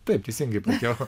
taip teisingai jo